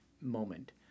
moment